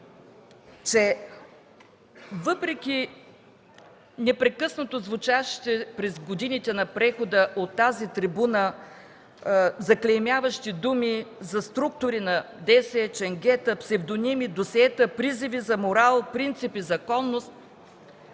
че въпреки непрекъснато звучащите през годините на прехода от тази трибуна заклеймяващи думи за структури на ДС, ченгета, псевдоними, досиета, призиви за морал, принципи и законност,